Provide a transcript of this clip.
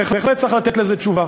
בהחלט צריך לתת לזה תשובה.